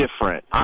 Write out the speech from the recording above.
different